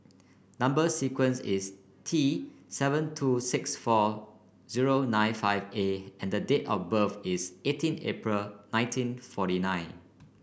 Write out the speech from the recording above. number sequence is T seven two six four zero nine five A and the date of birth is eighteen April nineteen forty nine